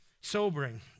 Sobering